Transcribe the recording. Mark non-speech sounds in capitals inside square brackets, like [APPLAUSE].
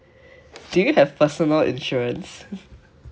do you have personal insurance [LAUGHS]